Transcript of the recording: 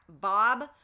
Bob